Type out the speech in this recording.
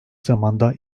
zamanda